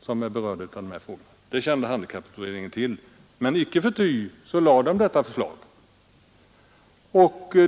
Men icke förty framlade handikapputredningen detta förslag.